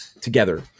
together